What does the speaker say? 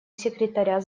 секретаря